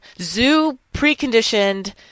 zoo-preconditioned